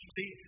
See